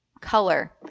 Color